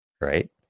right